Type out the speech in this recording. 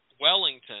Wellington